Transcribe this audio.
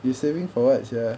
you saving for what sia